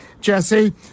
Jesse